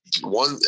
one